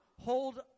hold